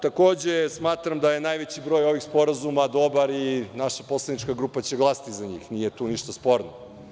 Takođe, smatram da je najveći broj ovih sporazuma dobar i naša poslanička grupa će glasati za njih, tu nije ništa sporno.